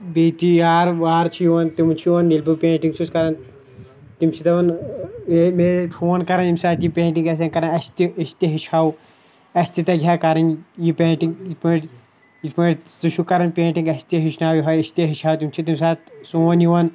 بیٚیہِ تہِ یار وار چھِ یِوان تِم چھِ یِوان ییٚلہِ بہٕ پینٹِنٛگ چھُس کَران تِم چھِ دَپان اے مے ٲسۍ فون کَران ییٚمہِ ساتہٕ یہِ پینٹِنٛگ آسٮ۪ن کَران اَسہِ تہِ أسۍ تہِ ہیٚچھ ہاو اَسہِ تہِ تَگہِ ہا کَرٕنۍ یہِ پینٹِنٛگ یِتھ پٲٹھۍ یِتھ پٲٹھۍ ژٕ چھُکھ کَران پینٹِنٛگ اَسہِ تہِ ہیٚچھناو یوٚہَے أسۍ تہِ ہیٚچھ ہاو تِم چھِ تَمہِ ساتہٕ سون یِوان